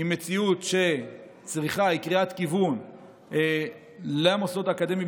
היא מציאות שהיא קריאת כיוון למוסדות האקדמיים